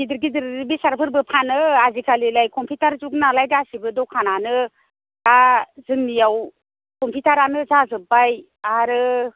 गिदिर गिदिर बेसादफोरबो फानो आजिखालिलाय कम्पिउटार जुग नालाय गासिबो द'खानानो दा जोंनियाव कम्पिउटारानो जाजोब्बाय आरो